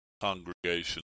congregation